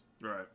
right